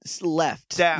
left